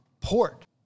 port